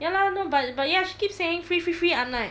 ya lah no but but ya she keep saying free free free I'm like